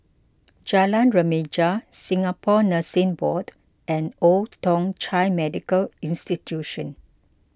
Jalan Remaja Singapore Nursing Board and Old Thong Chai Medical Institution